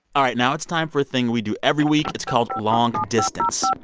all right, now it's time for a thing we do every week. it's called long distance.